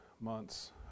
months